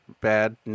bad